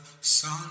sun